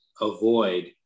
avoid